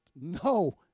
No